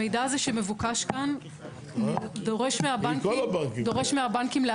המידע הזה שמבוקש כאן דורש מהבנקים --- היא כל הבנקים.